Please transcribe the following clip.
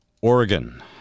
Oregon